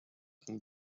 and